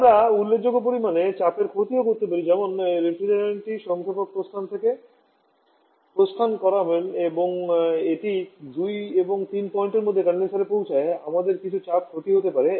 আমরা উল্লেখযোগ্য পরিমাণে চাপের ক্ষতিও করতে পারি যেমন রেফ্রিজারেন্টটি সংক্ষেপক প্রস্থান থেকে প্রস্থান করা হয় এবং এটি 2 এবং 3 পয়েন্টের মধ্যে কনডেনসারে পৌঁছে যায় আমাদের কিছুটা চাপ ক্ষতি হতে পারে